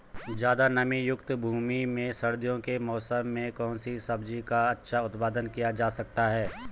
ज़्यादा नमीयुक्त भूमि में सर्दियों के मौसम में कौन सी सब्जी का अच्छा उत्पादन किया जा सकता है?